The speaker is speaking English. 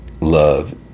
love